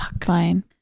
fine